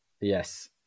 Yes